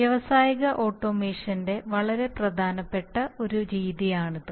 വ്യാവസായിക ഓട്ടോമേഷൻറെ വളരെ പ്രധാനപ്പെട്ട ഒരു രീതിയാണിത്